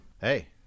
Hey